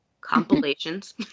compilations